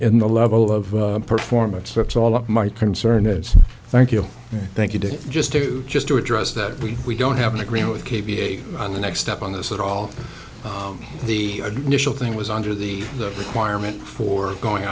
in the level of performance that's all up my concern is thank you thank you to just to just to address that we we don't have an agreement with k p on the next step on this at all the initial thing was under the requirement for going